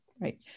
right